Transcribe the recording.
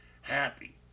happy